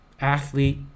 athlete